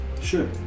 Sure